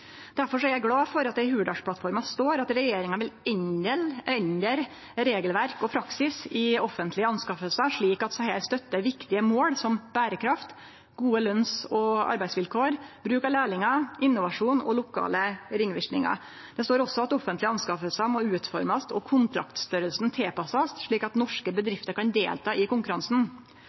at det i Hurdalsplattforma står at regjeringa vil «endre regelverk og praksis for offentlige anskaffelser slik at de støtter viktige mål som bærekraft, gode lønns- og arbeidsvilkår, bruk av lærlinger, innovasjon og lokale ringvirkninger». Det står også at «offentlige anskaffelser må utformes og kontraktstørrelsen må tilpasses slik at norske bedrifter kan delta i konkurransen».